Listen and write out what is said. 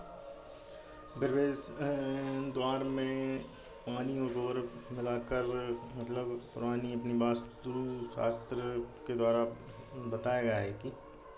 फिर इस द्वार में पानी और मिला कर मतलब रानी वास्तु शास्त्र के द्वारा बताया गया है कि